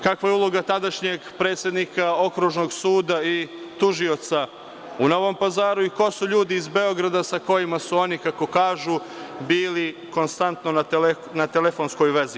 Kakva je uloga tadašnjeg predsednika Okružnog suda i tužioca u Novom Pazaru i ko su ljudi iz Beograda sa kojima su oni, kako kažu, bili konstantno na telefonskoj vezi?